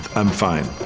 i'm fine.